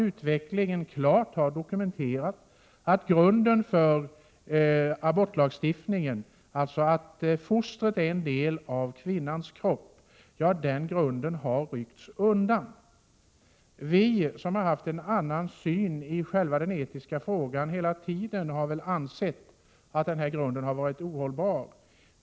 Utvecklingen har klart dokumenterat framför allt att grunden för abortlagstiftningen, alltså att fostret är en del av kvinnans kropp, har ryckts undan. Vi som hela tiden har haft en annan syn i själva den etiska frågan har ansett att den grunden har varit ohållbar.